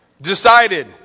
decided